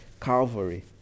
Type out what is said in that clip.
Calvary